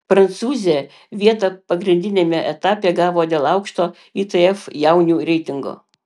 prancūzė vietą pagrindiniame etape gavo dėl aukšto itf jaunių reitingo